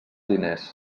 diners